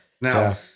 Now